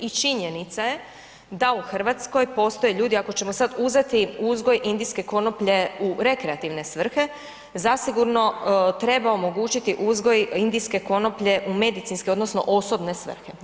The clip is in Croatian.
I činjenica je da u RH postoje ljudi, ako ćemo sad uzeti uzgoj indijske konoplje u rekreativne svrhe zasigurno treba omogućiti uzgoj indijske konoplje u medicinske odnosno osobne svrhe.